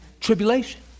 Tribulation